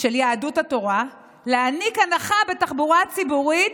של יהדות התורה להעניק הנחה בתחבורה הציבורית,